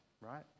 right